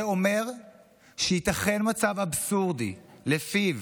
זה אומר שייתכן מצב אבסורדי שלפיו